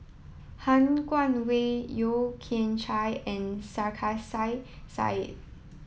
Han Guangwei Yeo Kian Chai and Sarkasi Said